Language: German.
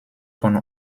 von